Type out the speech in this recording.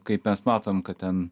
kaip mes matom kad ten